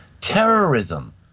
Terrorism